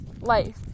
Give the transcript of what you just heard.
life